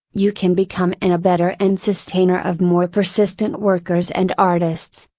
you can become an abettor and sustainer of more persistent workers and artists,